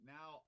Now